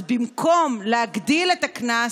אז במקום להגדיל את הקנס,